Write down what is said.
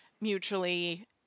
mutually